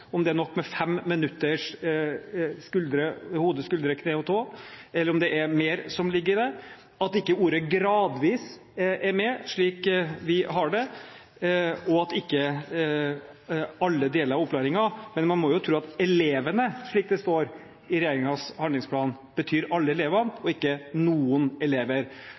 om det er nok med 5 minutters hode-skulder-kne-og-tå, eller om det er mer som ligger i det, at ordet «gradvis» ikke er med – slik vi har det – og ikke «i alle deler av opplæringen». Men man må jo tro at «elevene», som det står i regjeringens handlingsplan, betyr alle elevene og ikke noen elever.